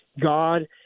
God